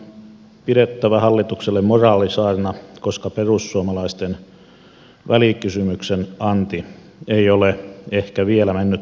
minun on pidettävä hallitukselle moraalisaarna koska perussuomalaisten välikysymyksen anti ei ole ehkä vielä mennyt perille saakka